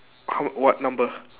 how what number